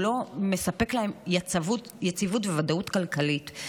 הוא לא מספק להם יציבות וודאות כלכלית.